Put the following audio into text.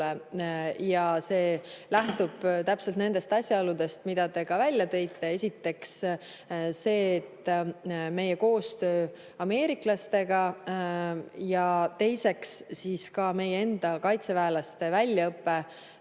ja see lähtub täpselt nendest asjaoludest, mida te ka välja tõite. Esiteks, meie koostöö ameeriklastega, ja teiseks, meie enda kaitseväelaste väljaõpe,